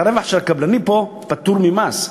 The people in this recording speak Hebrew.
הרווח של הקבלנים פה פטור ממס,